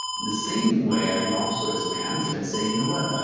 the same way, i can also expand and say, you know what?